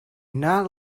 not